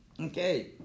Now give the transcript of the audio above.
Okay